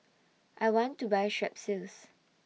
I want to Buy Strepsils